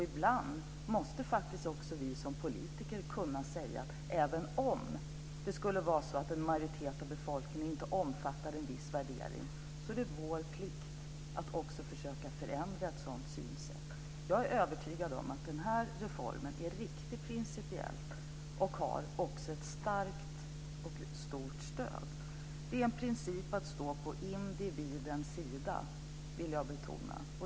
Ibland måste faktiskt också vi politiker kunna säga att även om det skulle vara så att en majoritet av befolkningen inte omfattar en viss värdering är det vår plikt att också försöka förändra ett sådant synsätt. Jag är övertygad om att den här reformen är riktig principiellt och också har ett starkt och stort stöd. Det är en princip att stå på individens sida. Det vill jag betona.